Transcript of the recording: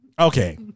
okay